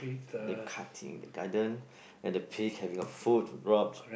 they're cutting the garden and the pig have your food to rob